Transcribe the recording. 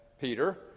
Peter